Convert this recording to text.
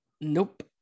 Nope